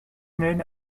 men